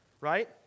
Right